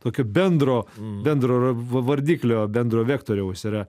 tokio bendro bendro vardiklio bendro vektoriaus yra